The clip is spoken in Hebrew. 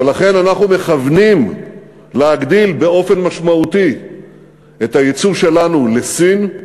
ולכן אנחנו מכוונים להגדיל באופן משמעותי את היצוא שלנו לסין.